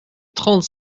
trente